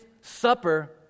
supper